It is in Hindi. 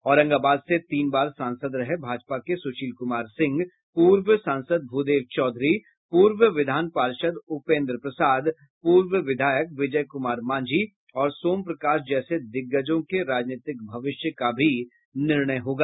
औरंगाबाद से तीन बार सांसद रहे भाजपा के सुशील कुमार सिंह पूर्व सांसद भूदेव चौधरी पूर्व विधान पार्षद् उपेंद्र प्रसाद पूर्व विधायक विजय कुमार मांझी और सोम प्रकाश जैसे दिग्गजों के राजनीतिक भविष्य का भी निर्णय होगा